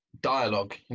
dialogue